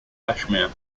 kashmir